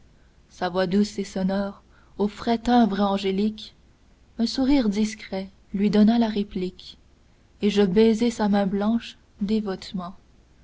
sa voix douce et sonore au frais timbre angélique un sourire discret lui donna la réplique et je baisai sa main blanche